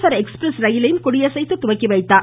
per express ரயிலையும் கொடி அசைத்து துவக்கி வைத்தார்